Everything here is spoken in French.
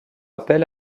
appel